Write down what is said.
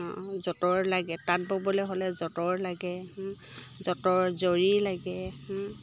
যঁতৰ লাগে তাঁত ব'বলে হ'লে যঁতৰ লাগে যঁতৰ জৰি লাগে